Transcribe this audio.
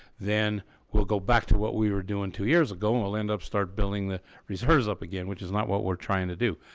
then we'll go back to what we were doing two years ago and will end up start building the reserves up again which is not what we're trying to do.